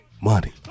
Money